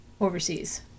overseas